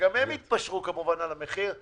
שגם הם יתפשרו כמובן על המחיר.